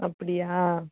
அப்படியா